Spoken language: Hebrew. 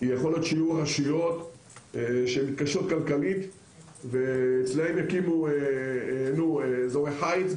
יכול להיות שיהיו רשויות שיש להן קושי כלכלי ואצלן יקימו אזורי חיץ,